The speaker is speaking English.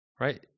right